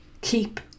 keep